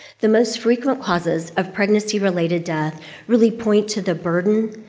the most frequent causes of pregnancy-related death really point to the burden,